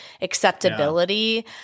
acceptability